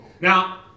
Now